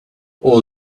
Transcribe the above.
all